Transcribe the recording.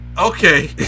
okay